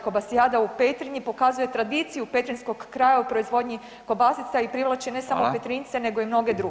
Kobasijada u Petrinji pokazuje tradiciju petrinjskog kraja u proizvodnji kobasica i privlače ne samo Petrinjce [[Upadica: Fala]] nego i mnoge druge.